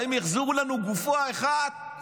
האם החזירו לנו גופה אחת?